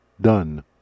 done